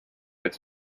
its